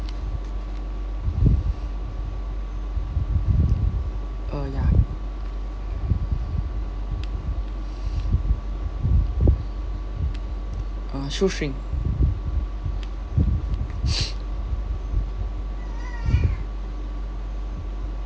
uh ya uh shoestring